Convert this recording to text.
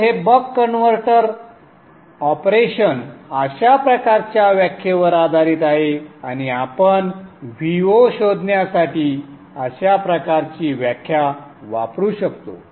तर हे buck converter operation अशा प्रकारच्या व्याख्येवर आधारित आहे आणि आपण Vo शोधण्यासाठी अशा प्रकारची व्याख्या वापरू शकतो